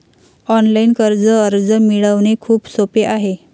online कर्ज अर्ज मिळवणे खूप सोपे आहे